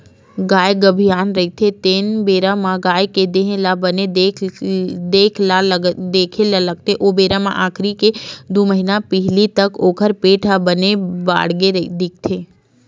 गाय गाभिन रहिथे तेन बेरा म गाय के देहे ल बने देखे ल लागथे ओ बेरा म आखिरी के दू महिना पहिली तक ओखर पेट ह बने बाड़हे दिखथे